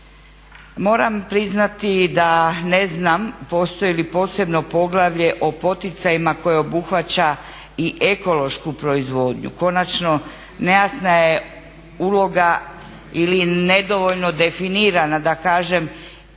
Moram priznati da ne znam postoji li posebno poglavlje o poticajima koje obuhvaća i ekološku proizvodnju. Konačno nejasna je uloga ili nedovoljno definirana da kažem